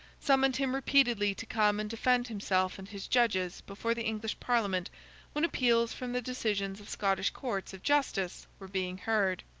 summoned him repeatedly to come and defend himself and his judges before the english parliament when appeals from the decisions of scottish courts of justice were being heard.